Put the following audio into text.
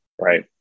right